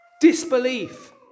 disbelief